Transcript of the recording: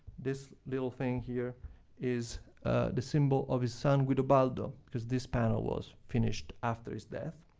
this little thing here is the symbol of his son guidobaldo cause this panel was finished after his death.